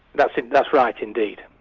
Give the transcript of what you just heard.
that's that's right indeed,